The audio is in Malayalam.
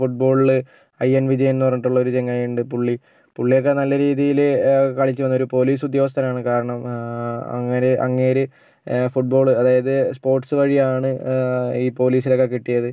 ഫുട്ബോളില് ഐ എൻ വിജയൻ എന്ന് പറഞ്ഞിട്ടുള്ള ഒരു ചങ്ങാതി ഉണ്ട് പുള്ളി പുള്ളിയൊക്കെ നല്ല രീതിയില് കളിച്ചു വന്നൊരു പോലീസ് ഉദ്യോഗസ്ഥനാണ് കാരണം അങ്ങേര് അങ്ങേര് ഫുട്ബോള് അതായത് സ്പോർട്സ് വഴിയാണ് ഈ പോലീസിൽ ഒക്കെ കിട്ടിയത്